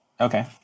Okay